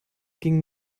ging